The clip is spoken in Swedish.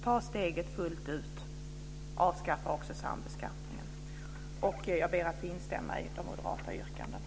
Ta steget fullt ut: Avskaffa också sambeskattningen av förmögenhet! Jag ber att få instämma i de moderata yrkandena.